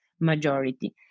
majority